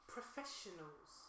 professionals